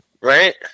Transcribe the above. Right